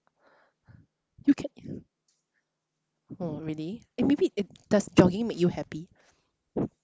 you can oh really eh maybe does jogging make you happy